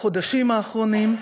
בחודשים האחרונים,